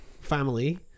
family